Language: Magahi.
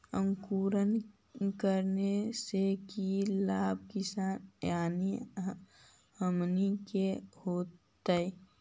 अंकुरण करने से की लाभ किसान यानी हमनि के होतय?